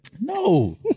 No